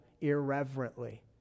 irreverently